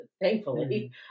thankfully